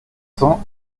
cents